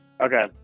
Okay